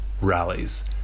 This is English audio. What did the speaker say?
rallies